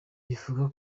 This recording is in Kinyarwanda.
rivuga